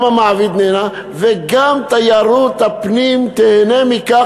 גם המעביד נהנה וגם תיירות הפנים תיהנה מכך.